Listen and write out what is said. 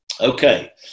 Okay